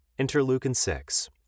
interleukin-6